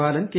Balan K